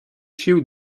sił